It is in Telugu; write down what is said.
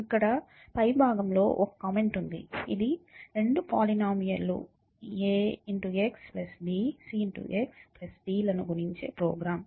ఇక్కడ పైభాగంలో ఒక కామెంట్ ఉంది ఇది రెండు పోలీనోమియల్ లు ax b cx d లను గుణించే ప్రోగ్రామ్